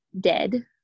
dead